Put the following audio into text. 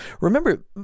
remember